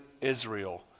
Israel